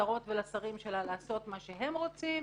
לשרות ולשרים שלה לעשות מה שהם רוצים,